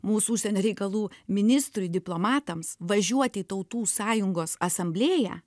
mūsų užsienio reikalų ministrui diplomatams važiuoti į tautų sąjungos asamblėją